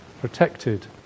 protected